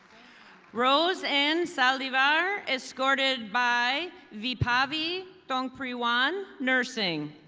roseanne salivar, escorted by vipavi fongfreejuan, nursing.